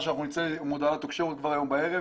אנחנו נצא עם הודעה לתקשורת כבר הערב